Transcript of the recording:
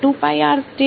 વિદ્યાર્થી